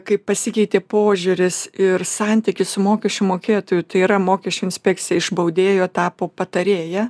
kaip pasikeitė požiūris ir santykis su mokesčių mokėtoju tai yra mokesčių inspekcija iš baudėjo tapo patarėja